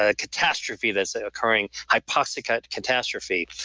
ah catastrophe that's ah occurring, hypoxic ah catastrophe.